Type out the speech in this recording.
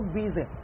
busy